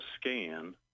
scan